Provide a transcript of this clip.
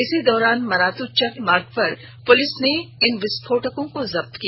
इसी दौरान मनातू चक मार्ग पर पुलिस ने इन विस्फोटकों को जब्त किया